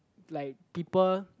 like people